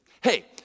Hey